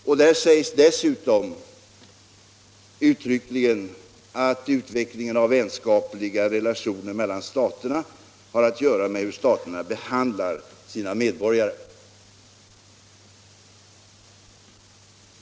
I dokumentet sägs dessutom uttryckligen att utvecklingen av vänskapliga relationer mellan stater har att göra med hur staterna behandlar sina medborgare.